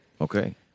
Okay